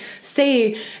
say